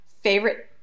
favorite